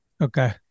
okay